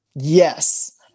Yes